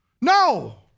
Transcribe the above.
No